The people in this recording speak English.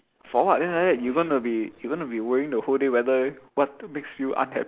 for what then like that you gonna be you gonna be worrying the whole day whether what makes you unhappy